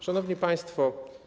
Szanowni Państwo!